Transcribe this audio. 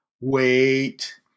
Wait